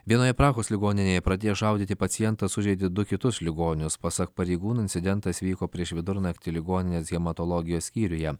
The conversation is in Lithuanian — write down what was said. vienoje prahos ligoninėje pradėjo šaudyti pacientas sužeidė du kitus ligonius pasak pareigūno incidentas vyko prieš vidurnaktį ligoninės hematologijos skyriuje